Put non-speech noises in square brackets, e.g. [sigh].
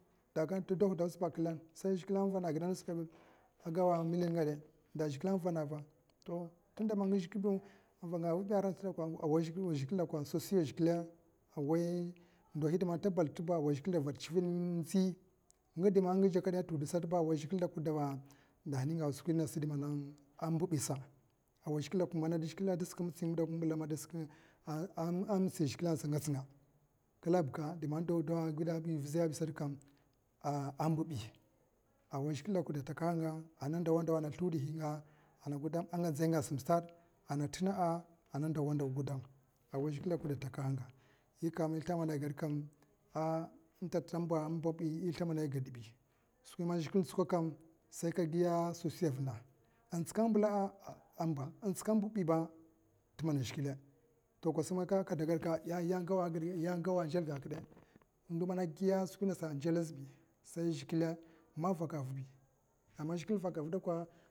Ta gana ta dawda [unintelligible] ta go̱ a milli ningade to tinda man nga zhebin in vanga wudiyara waid ndohi ta basidtaba wai zhikle darat tsivid in mitsi ngindi man nga jakkada satta wai zhikle da putdawa tunaninga skwi mdi mana mbabisa [unintelligible] a mitsi ngindi man nga jakkada satti wai zhikle da putdwatu naninga skwi mdi mana mbabisa [hesitation] a mitsi zhikle asa ngatsnga kla buka diman daw dawa viziyabinsata a mbib a wai zhikle dakwa datahanga an ndawa ndawa ana sluwud hinga'a nga nzainga a na ndawa ndawa gudu awai zhikle a goda takahanga yikam islimbada agwad intata mba iageda intata ambibi skwi man zhikle tsikaka sai ka gi sosiya a vina intsi kad mbila'a amba intsikad ambilaba t'mana zhikle to kosmaka kada gwa ka yaman igowa a nzalga kide ndo mana a giskwi innasa zhikle man vaka vibi invakava dakwa.